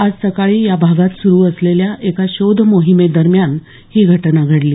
आज सकाळी या भागात सुरू असलेल्या एका शोध मोहिमेदरम्यान ही घटना घडली